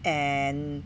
and